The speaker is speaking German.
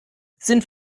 sind